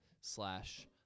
slash